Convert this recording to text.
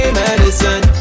medicine